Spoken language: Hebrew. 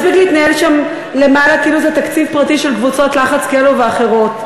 מספיק להתנהל שם למעלה כאילו זה תקציב פרטי של קבוצות לחץ כאלו ואחרות.